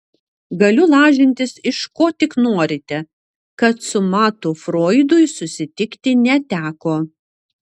galiu lažintis iš ko tik norite kad su matu froidui susitikti neteko